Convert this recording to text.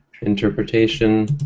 interpretation